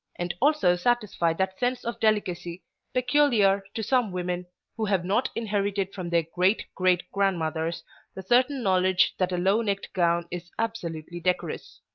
and also satisfy that sense of delicacy peculiar to some women who have not inherited from their great-great-grandmothers the certain knowledge that a low-necked gown is absolutely decorous.